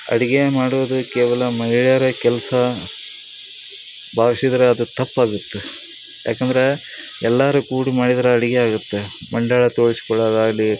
ಅಡುಗೆ ಮಾಡೋದು ಕೇವಲ ಮಹಿಳೆಯರ ಕೆಲಸ ಭಾವ್ಸಿದ್ರ ಅದು ತಪ್ಪಾಗುತ್ತೆ ಏಕಂದ್ರೇ ಎಲ್ಲರೂ ಕೂಡ ಮಾಡಿದ್ರೆ ಅಡುಗೆ ಆಗುತ್ತೆ ಮಂಡಾಳ ತೋಳ್ಸ್ಕೊಳ್ಳೋದಾಗ್ಲಿ